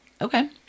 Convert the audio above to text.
Okay